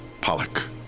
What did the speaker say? Pollock